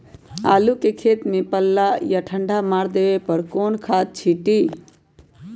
आलू के खेत में पल्ला या ठंडा मार देवे पर कौन खाद छींटी?